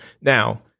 now